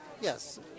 yes